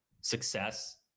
success